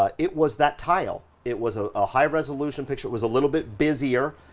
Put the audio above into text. ah it was that tile it was a, a high resolution picture. it was a little bit busier,